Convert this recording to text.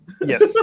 Yes